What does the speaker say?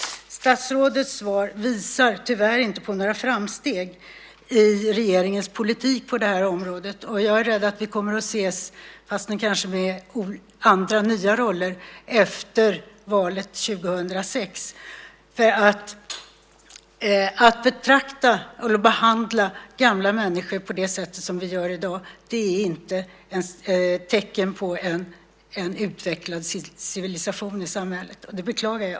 Statsrådets svar visar tyvärr inte på några framsteg i regeringens politik på det här området, och jag är rädd att vi kommer att ses - fastän kanske i andra, nya roller - efter valet 2006. Att behandla gamla människor så som vi gör i dag är inte tecken på en utvecklad civilisation i samhället, och det beklagar jag.